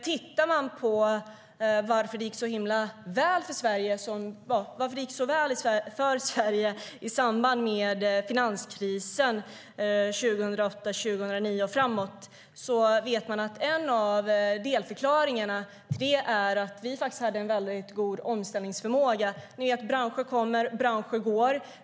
Tittar man på varför det gick så väl för Sverige i samband med finanskrisen 2008, 2009 och framåt vet man att en av delförklaringarna till det är att vi hade en väldigt god omställningsförmåga. Branscher kommer och branscher går.